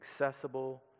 accessible